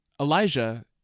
Elijah